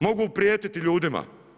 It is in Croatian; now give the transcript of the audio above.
Mogu prijetiti ljudima.